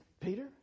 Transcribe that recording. Peter